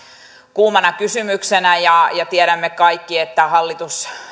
kuumana kysymyksenä tiedämme kaikki että hallitus